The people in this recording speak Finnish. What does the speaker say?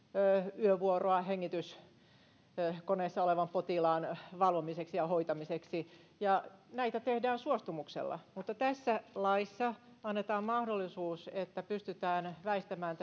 yövuoroa hengityskoneessa olevan potilaan valvomiseksi ja hoitamiseksi ja näitä tehdään suostumuksella mutta tässä laissa annetaan mahdollisuus että pystytään väistämään